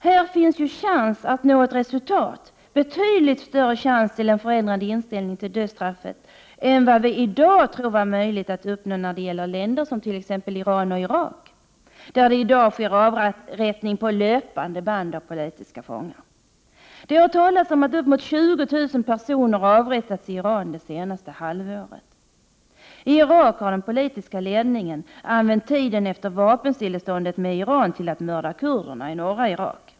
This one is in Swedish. Här finns chans att nå resultat — betydligt större chans till en förändrad inställning till dödsstraffet än vad vi i dag tror vara möjligt att uppnå när det gäller länder som Iran och Irak, där det i dag sker avrättningar på löpande band av politiska fångar. Det har talats om att uppemot 20 000 personer avrättats i Iran det senaste halvåret. I Irak har den politiska ledningen använt tiden efter vapenstilleståndet med Iran till att mörda kurderna i norra Irak.